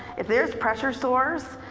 if there's pressure sores,